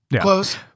close